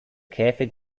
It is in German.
käfig